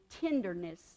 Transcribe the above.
tenderness